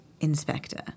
Inspector